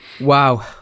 wow